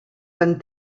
van